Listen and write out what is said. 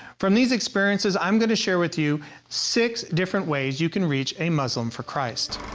from these experiences, i'm going to share with you six different ways you can reach a muslim for christ.